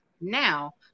Now